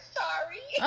sorry